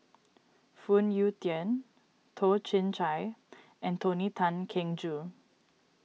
Phoon Yew Tien Toh Chin Chye and Tony Tan Keng Joo